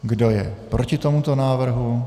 Kdo je proti tomuto návrhu?